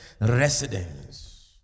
residence